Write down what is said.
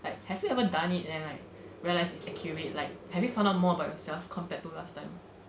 like have you ever done it and then like realized it's accurate like have you found out more about yourself compared to last time